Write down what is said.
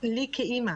לי כאימא